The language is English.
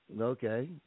Okay